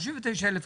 אם באים לעדכן שכר,